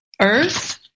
Earth